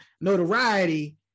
notoriety